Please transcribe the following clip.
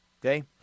okay